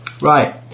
right